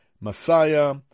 Messiah